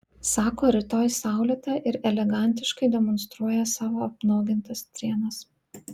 sako rytoj saulėta ir elegantiškai demonstruoja savo apnuogintas strėnas